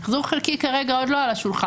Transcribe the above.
מחזור חלקי כרגע עוד לא על השולחן.